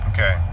Okay